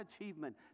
achievement